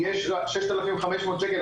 יש לה ששת אלפים חמש מאות שקל,